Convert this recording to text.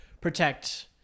protect